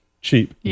cheap